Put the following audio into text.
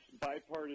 bipartisan